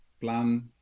Plan